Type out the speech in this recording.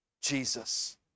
Jesus